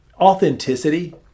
authenticity